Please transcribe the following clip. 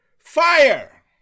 Fire